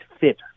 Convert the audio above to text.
fit